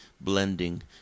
blending